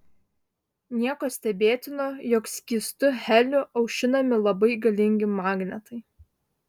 nieko stebėtino jog skystu heliu aušinami labai galingi magnetai